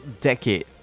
decade